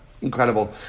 Incredible